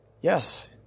Yes